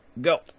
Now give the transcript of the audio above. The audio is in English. go